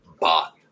Bot